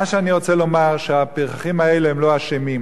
מה שאני רוצה לומר, שהפרחחים האלה, הם לא אשמים.